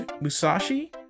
musashi